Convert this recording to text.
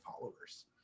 followers